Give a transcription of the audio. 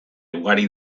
ugari